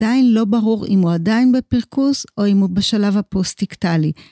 עדיין לא ברור אם הוא עדיין בפרקוס או אם הוא בשלב הפוסט-טקטלי.